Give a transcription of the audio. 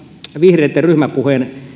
vihreitten ryhmäpuheen